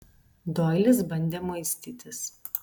doilis bandė muistytis